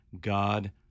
God